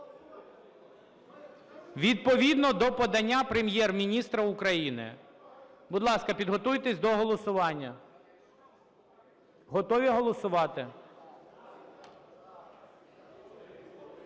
Відповідно до подання Прем'єр-міністра України. Будь ласка, підготуйтесь до голосування. Готові голосувати?